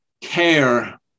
care